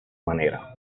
manera